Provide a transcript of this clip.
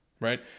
Right